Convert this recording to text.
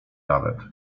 nawet